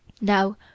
Now